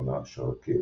ומכונה "שרקייה".